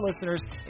listeners